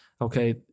okay